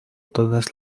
todas